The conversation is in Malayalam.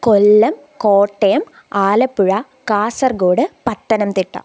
കൊല്ലം കോട്ടയം ആലപ്പുഴ കാസർഗോഡ് പത്തനംതിട്ട